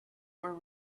were